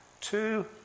two